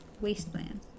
wasteland